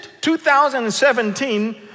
2017